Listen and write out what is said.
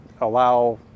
allow